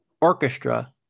orchestra